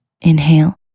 Inhale